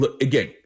again